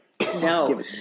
No